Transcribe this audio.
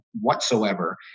whatsoever